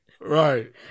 Right